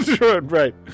Right